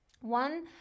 One